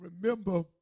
remember